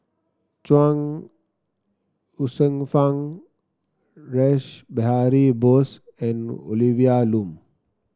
Chuang Hsueh Fang Rash Behari Bose and Olivia Lum